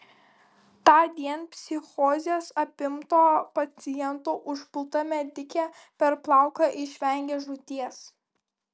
tądien psichozės apimto paciento užpulta medikė per plauką išvengė žūties